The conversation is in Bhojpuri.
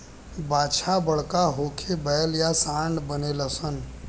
बाछा बड़का होके बैल या सांड बनेलसन